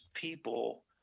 people